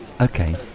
Okay